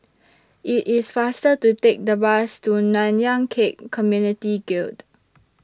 IT IS faster to Take The Bus to Nanyang Khek Community Guild